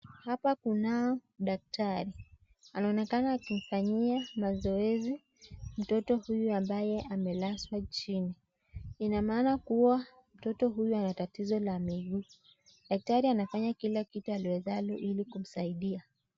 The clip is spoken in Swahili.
Hapa kunao daktari, anaonekana akimfanyia mazoezi mtoto huyu ambaye amelazwa chini, ina maana kuwa mtoto huyu ana tatizo la miguu. Daktari anafanya kila kitu aliwezalo ili kumsaidia.